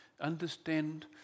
understand